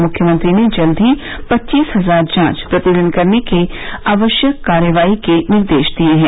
मुख्यमंत्री ने जल्द ही पच्चीस हजार जांच प्रतिदिन करने के लिये आवश्यक कार्रवाई के निर्देश दिये हैं